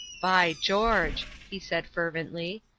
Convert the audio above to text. by george! he said, fervently,